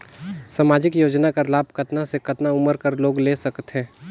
समाजिक योजना कर लाभ कतना से कतना उमर कर लोग ले सकथे?